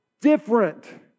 different